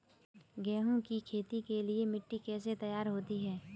गेहूँ की खेती के लिए मिट्टी कैसे तैयार होती है?